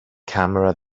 camera